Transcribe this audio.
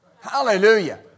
Hallelujah